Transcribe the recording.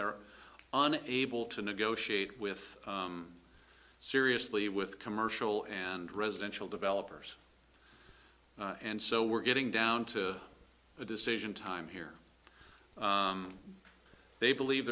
they're on able to negotiate with seriously with commercial and residential developers and so we're getting down to a decision time here they believe